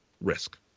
risk